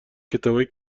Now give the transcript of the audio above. کتابای